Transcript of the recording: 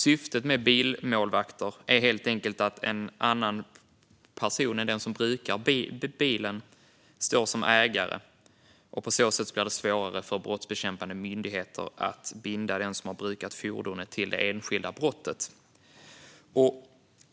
Syftet med bilmålvakter är helt enkelt att en annan person än den som brukar bilen står som ägare, och på så sätt blir det svårare för brottsbekämpande myndigheter att binda den som har brukat fordonet till det enskilda brottet.